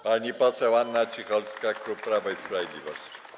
Pani poseł Anna Cicholska, klub Prawo i Sprawiedliwość.